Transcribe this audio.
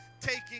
taking